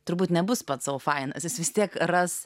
turbūt nebus pats savo fanas jis vis tiek ras